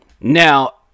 Now